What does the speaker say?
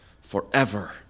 forever